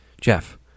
Jeff